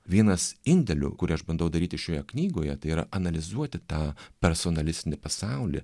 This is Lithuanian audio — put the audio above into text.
vynas indėlių kurį aš bandau daryti šioje knygoje tai yra analizuoti tą personalistinį pasaulį